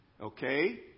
Okay